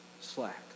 slack